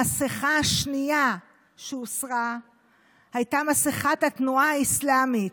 המסכה השנייה שהוסרה הייתה מסכת התנועה האסלאמית,